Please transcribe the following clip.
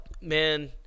Man